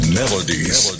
melodies